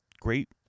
great